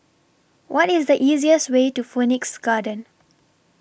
What IS The easiest Way to Phoenix Garden